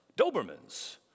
Dobermans